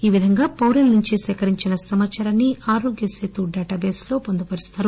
ఆ విధంగా పౌరుల నుంచి సేకరించిన సమాచారాన్ని ఆరోగ్య సేతుడేటా బేస్ లో పొందుపరుస్తారు